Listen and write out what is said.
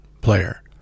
player